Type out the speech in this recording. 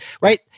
right